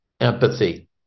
empathy